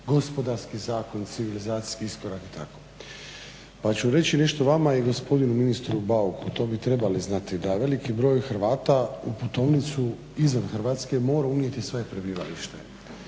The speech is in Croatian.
gospodarski zakon, civilizacijski iskorak i tako pa ću reći nešto vama i gospodinu ministru Bauku. To bi trebali znati da veliki broj Hrvata u putovnicu izvan Hrvatske mora unijeti svoje prebivalište.